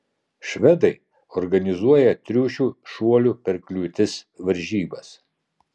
švedai organizuoja triušių šuolių per kliūtis varžybas